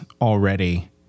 already